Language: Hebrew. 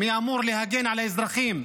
מי אמור להגן על האזרחים?